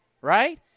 right